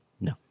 No